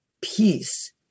peace